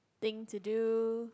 thing to do